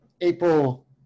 April